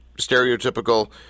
stereotypical